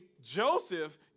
Joseph